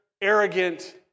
Arrogant